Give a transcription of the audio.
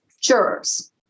jurors